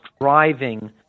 driving